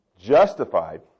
justified